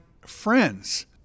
friends